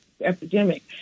epidemic